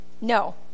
No